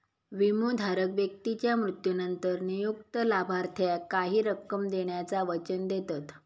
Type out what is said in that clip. विमोधारक व्यक्तीच्या मृत्यूनंतर नियुक्त लाभार्थाक काही रक्कम देण्याचा वचन देतत